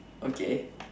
okay